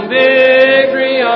victory